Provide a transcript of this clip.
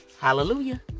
Hallelujah